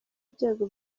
ibyago